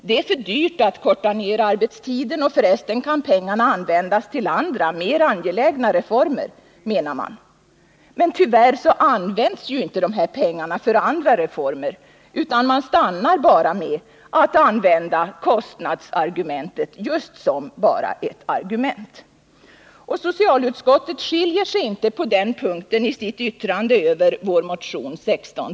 Det är för dyrt att korta ner arbetstiden, och = förresten kan pengarna användas till andra mer angelägna reformer, säger — Förkortad arbetstid man. Men tyvärr används inte dessa pengar för andra reformer, utan man — m.m. stannar med att bara använda kostnaderna som ett argument. Socialutskottets yttrande över vår motion nr 1639 skiljer sig på denna punkt inte från tidigare yttranden.